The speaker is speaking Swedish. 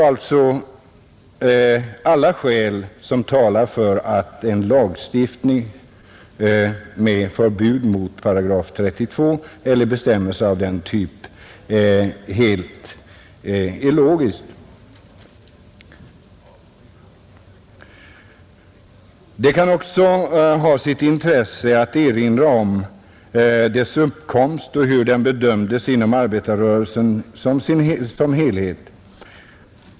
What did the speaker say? Alla skäl talar alltså för att en lagstiftning med förbud mot § 32 eller bestämmelser av den typen är helt logisk. Det kan också ha sitt intresse att erinra om paragrafens uppkomst och hur den bedömdes inom arbetarrörelsen som helhet.